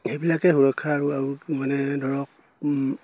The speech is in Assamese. সেইবিলাকে সুৰক্ষা আৰু আৰু মানে ধৰক